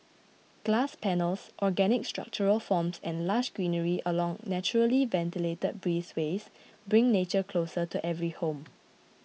glass panels organic structural forms and lush greenery along naturally ventilated breezeways bring nature closer to every home